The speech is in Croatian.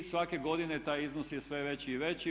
Svake godine taj iznos je sve veći i veći.